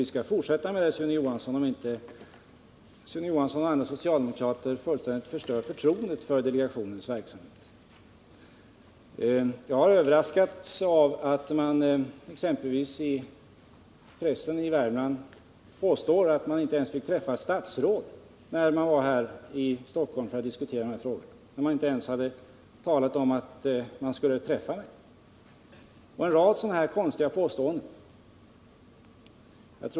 Vi skall fortsätta med det, om inte Sune Johansson och andra socialdemokrater fullständigt förstör förtroendet för delegationens verksamhet. Jag har överraskats av att det exempelvis i pressen i Värmland har påståtts att man inte fick träffa statsrådet när man var här i Stockholm för att diskutera dessa frågor. Man talade inte ens om att man ville träffa mig. Det har gjorts en rad sådana konstiga påståenden.